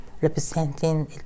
representing